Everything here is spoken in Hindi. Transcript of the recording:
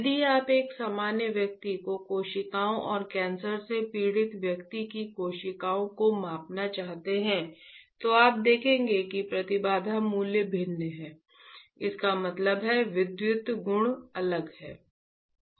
यदि आप एक सामान्य व्यक्ति की कोशिकाओं और कैंसर से पीड़ित व्यक्ति की कोशिकाओं को मापना चाहते हैं तो आप देखेंगे कि प्रतिबाधा मूल्य भिन्न हैं इसका मतलब है विद्युत गुण अलग हैं